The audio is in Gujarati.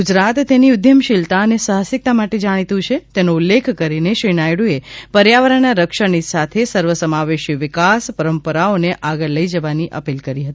ગુજરાત તેની ઉદ્યમશીલતા અને સાહસિકતા માટે જાણીતુ છે તેનો ઉલ્લેખ કરીને શ્રી નાયડૂએ પર્યાવરણના રક્ષણની સાથે સર્વસમાવેશી વિકાસ પરંપરાઓને આગળ લઇ જવાની અપીલ કરી હતી